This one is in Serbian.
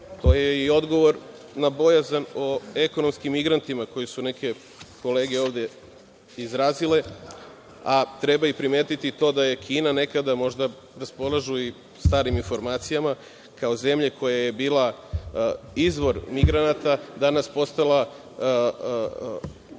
To je odgovor na bojazan o ekonomskim migrantima, koje su neke kolege ovde izrazile, a treba i primetiti i to da je Kina, nekada možda raspolažu i starim informacijama, kao zemlja koja je bila izvor migranata, danas postala destinacija